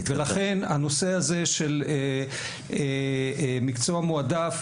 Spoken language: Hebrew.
לכן הנושא הזה של מקצוע מועדף,